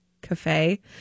cafe